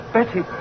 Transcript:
Betty